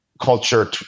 culture